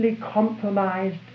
compromised